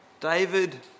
David